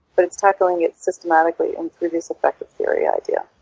but it's tackling it systematically in previous effective theory idea.